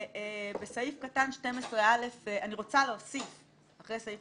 לאחר סעיף קטן 12א(1)(ז) אני רוצה להוסיף את סעיף